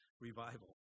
Revival